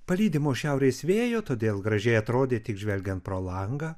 palydimos šiaurės vėjo todėl gražiai atrodė tik žvelgiant pro langą